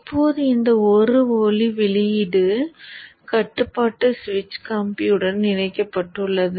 இப்போது இந்த ஒளி வெளியீடு கட்டுப்பாட்டு சுவிட்ச் கம்பியுடன் இணைக்கப்பட்டுள்ளது